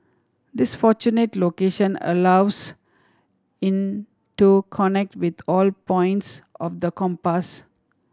this fortunate location allows in to connect with all points of the compass